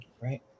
Right